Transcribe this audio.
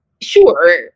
sure